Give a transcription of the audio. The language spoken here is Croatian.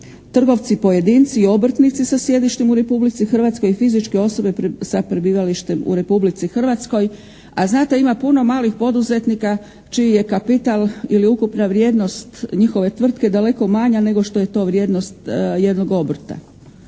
trgovci pojedinci i obrtnici sa sjedištem u Republici Hrvatskoj i fizičke osobe sa prebivalištem u Republici Hrvatskoj, a znate ima puno malih poduzetnika čiji je kapital ili ukupna vrijednost njihove tvrtke daleko manja nego što je to vrijednost jednog obrta